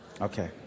Okay